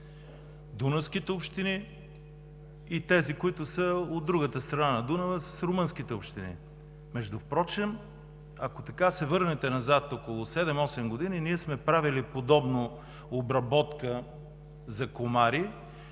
–дунавските общини и тези, които са от другата страната на Дунава, румънските общини. Впрочем, ако се върнете назад около седем- осем години, ние сме правили подобна обработка за комари.